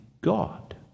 God